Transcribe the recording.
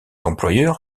employeur